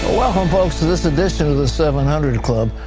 ah welcome to this edition of the seven hundred club.